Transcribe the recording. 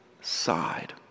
side